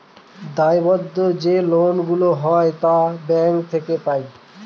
দায়বদ্ধ যে লোন গুলা হয় তা ব্যাঙ্ক থেকে পাই